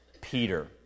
Peter